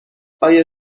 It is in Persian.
آیا